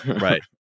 right